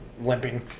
limping